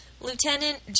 Lieutenant